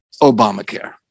Obamacare